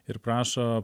ir prašo